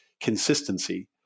consistency